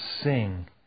sing